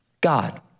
God